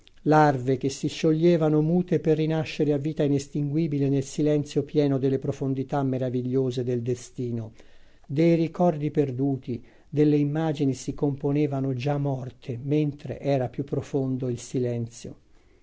larve che si scioglievano mute per rinascere a vita inestinguibile nel silenzio pieno delle profondità meravigliose del destino dei ricordi perduti delle immagini si componevano già morte mentre era più profondo il silenzio